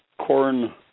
corn